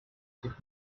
gibt